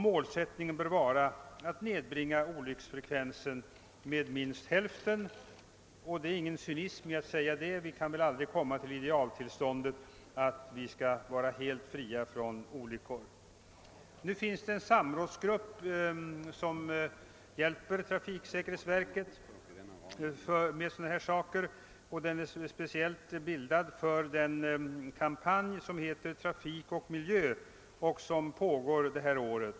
Målet bör vara att nedbringa olycksfallsfrekvensen med minst hälften. Detta är ingen cynism eftersom vi väl aldrig kan uppnå idealtillståndet att vara helt befriade från olyckor. En samrådsgrupp hjälper trafiksäkerhetsverket med dessa frågor och har speciellt bildats för kampanjen »Trafik och miljö» som pågår under det här året.